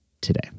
today